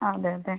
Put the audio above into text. ആ അതെ അതെ